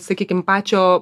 sakykim pačio